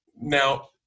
Now